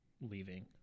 leaving